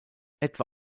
etwa